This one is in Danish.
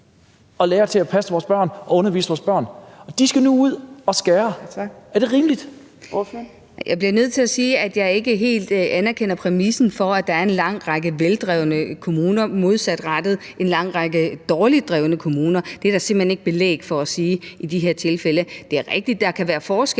det rimeligt? Kl. 17:10 Fjerde næstformand (Trine Torp): Tak. Ordføreren. Kl. 17:10 Charlotte Broman Mølbæk (SF): Jeg bliver nødt til at sige, at jeg ikke helt anerkender præmissen for, at der er en lang række veldrevne kommuner i modsætning til en lang række dårligt drevne kommune. Det er der simpelt hen ikke belæg for at sige i de her tilfælde. Det er rigtigt, at der kan være forskelle